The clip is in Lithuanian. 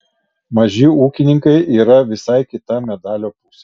maži ūkininkai yra visai kita medalio pusė